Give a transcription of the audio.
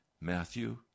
Matthew